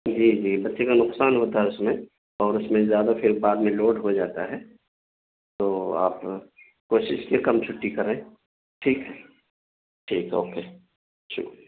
جی جی بچے کا نقصان ہوتا ہے اس میں اور اس میں زیادہ پھر بعد میں لوڈ ہو جاتا ہے تو آپ کوشش کیے کم چھٹی کریں ٹھیک ہے ٹھیک ہے اوکے شکریہ